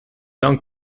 long